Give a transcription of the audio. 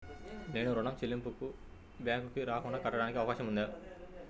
నేను ఋణం చెల్లింపులు బ్యాంకుకి రాకుండా కట్టడానికి అవకాశం ఉందా?